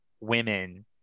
women